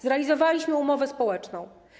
Zrealizowaliśmy umowę społeczną.